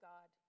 God